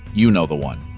you know the one.